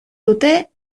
dute